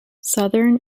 southern